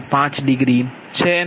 5 degree છે